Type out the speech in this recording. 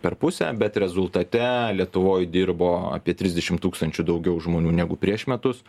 per pusę bet rezultate lietuvoj dirbo apie trisdešim tūkstančių daugiau žmonių negu prieš metus